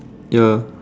ya